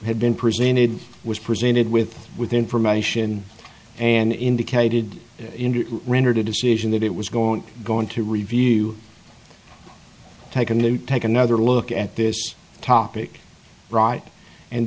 had been presented was presented with with information and indicated it rendered a decision that it was going to go into review take a new take another look at this topic right and